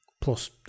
Plus